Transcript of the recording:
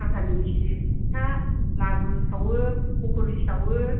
खाथा निमखि फिथा लारु सावो पक'रि सावो